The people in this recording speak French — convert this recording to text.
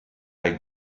earl